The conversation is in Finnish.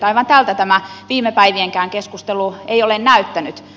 aivan tältä tämä viime päivienkään keskustelu ei ole näyttänyt